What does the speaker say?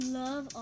love